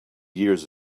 years